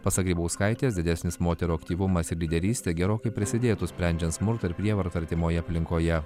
pasak grybauskaitės didesnis moterų aktyvumas ir lyderystė gerokai prisidėtų sprendžiant smurtą ir prievartą artimoje aplinkoje